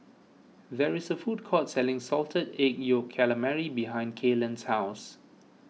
there is a food court selling Salted Egg Yolk Calamari behind Kaylan's house